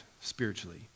spiritually